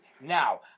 Now